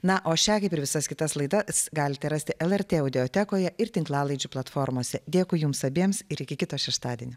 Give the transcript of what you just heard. na o šią kaip ir visas kitas laidas galite rasti lrt audiotekoje ir tinklalaidžių platformose dėkui jums abiems ir iki kito šeštadienio